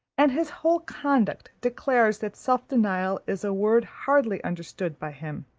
and his whole conduct declares that self-denial is a word hardly understood by him.